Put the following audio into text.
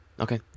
Okay